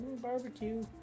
Barbecue